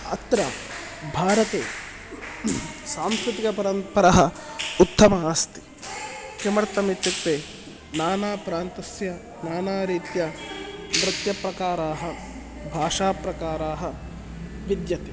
अत्र भारते सांस्कृतिकपरम्परा उत्तमा अस्ति किमर्थम् इत्युक्ते नानाप्रान्तस्य नानारीत्या नृत्यप्रकाराः भाषाप्रकाराः विद्यते